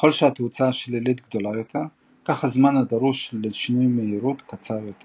ככל שהתאוצה השלילית גדולה יותר כך הזמן הדרוש לשינוי מהירות קצר יותר